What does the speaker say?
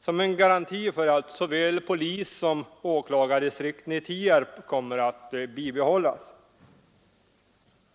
som en garanti för att såväl polissom åklagardistrikten i Tierp kommer att bibehållas.